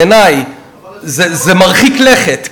בעיני זה מרחיק לכת,